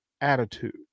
attitude